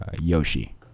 Yoshi